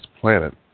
planet